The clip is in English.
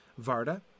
Varda